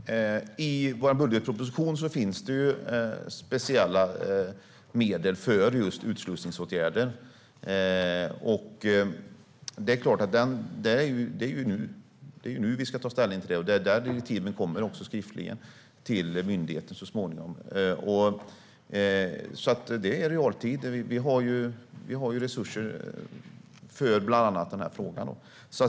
Herr talman! I vår budgetproposition finns speciella medel för just utslussningsåtgärder. Det är nu vi ska ta ställning till det, och det är också där direktiven så småningom kommer skriftligen till myndigheterna. Det är alltså i realtid, och vi har resurser för bland annat denna fråga.